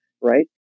Right